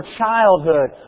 childhood